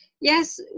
yes